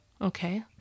Okay